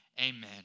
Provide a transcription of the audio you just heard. amen